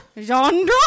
genre